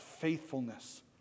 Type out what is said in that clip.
faithfulness